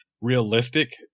realistic